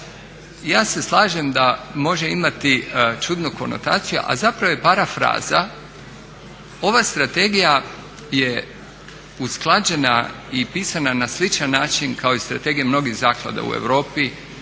Ja se slažem da može imati čudnu konotaciju, a zapravo je parafraza. Ova strategija je usklađena i pisana na sličan način kao i strategije mnogih zaklada u Europi.